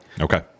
Okay